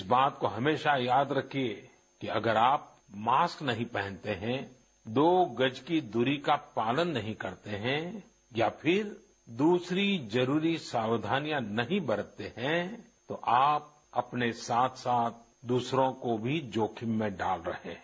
इस बात को हमेशा याद रखिए कि अगर आप मास्क नहीं पहनते हैं दो गज की दूरी का पालन नहीं करते हैं या फिर दूसरी जरुरी सावधानियां नहीं बरतते हैं तो आप अपने साथ साथ दूसरों को भी जोखिम में डाल रहे हैं